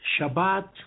Shabbat